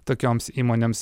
tokioms įmonėms